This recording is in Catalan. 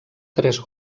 tres